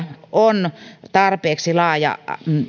on tarpeeksi laaja